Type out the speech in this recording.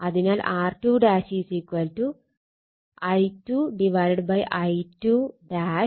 അതിനാൽ R2 I2 I22 R2